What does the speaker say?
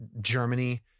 Germany